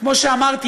שכמו שאמרתי,